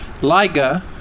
Liga